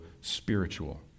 spiritual